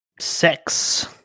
Sex